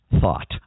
thought